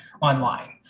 online